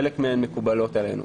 חלק מהן מקובלות עלינו.